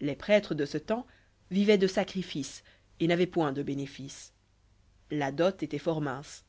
les prêtres de ce temps vivoient de sacrifices et n'avoient point de bénéfices la dot étoit fort mince